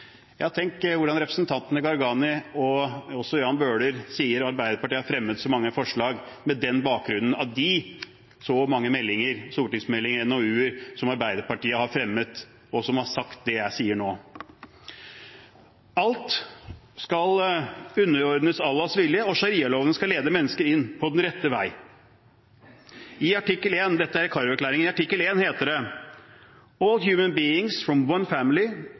Arbeiderpartiet har fremmet så mange stortingsmeldinger og NOU-er som har sagt det jeg sier nå, når representantene Gharahkhani og Bøhler sier at Arbeiderpartiet har fremmet så mange forslag. Alt skal underordnes Allahs vilje, og sharialovene skal lede mennesker inn på den rette vei. I artikkel 1 i Kairo-erklæringen heter det: «All human beings form one family»